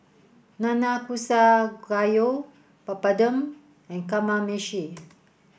Nanakusa Gayu Papadum and Kamameshi